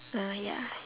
uh ya